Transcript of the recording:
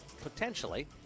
potentially